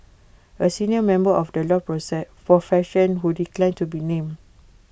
A senior member of the law profession who declined to be named